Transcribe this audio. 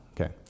okay